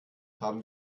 haben